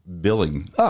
billing